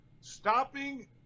stopping